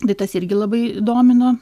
tai tas irgi labai domino